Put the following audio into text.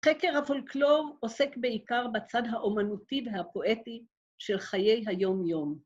חקר הפולקלור עוסק בעיקר בצד האומנותי והפואטי של חיי היום-יום.